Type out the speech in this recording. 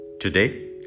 Today